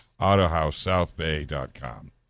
AutohouseSouthBay.com